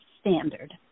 standard